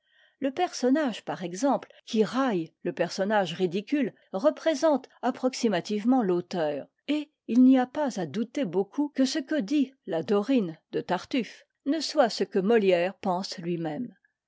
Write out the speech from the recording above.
le personnage par exemple qui raille le personnage ridicule représente approximativement l'auteur et il n'y a pas à douter beaucoup que ce que dit la dorine de tartuffe ne soit ce que molière pense lui-même